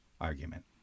argument